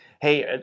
hey